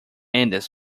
andes